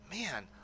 man